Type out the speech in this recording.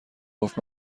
گفت